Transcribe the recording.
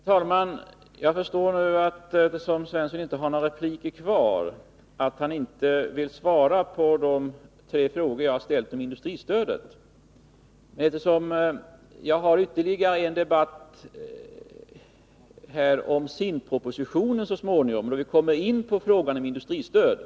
Herr talman! Eftersom herr Svensson nu inte har någon replikrätt kvar, förstår jag att han inte vill svara på de tre frågor jag ställde om industristödet. Vi skall så småningom ha en debatt om SIND-propositionen, där vi kommer in på frågan om industristödet.